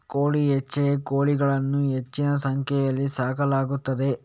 ಕೋಳಿ ಹೆಚ್ಚಾಗಿ ಕೋಳಿಗಳನ್ನು ಹೆಚ್ಚಿನ ಸಂಖ್ಯೆಯಲ್ಲಿ ಸಾಕಲಾಗುತ್ತದೆ